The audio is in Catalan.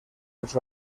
els